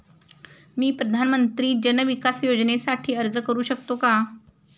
मी प्रधानमंत्री जन विकास योजनेसाठी अर्ज करू शकतो का?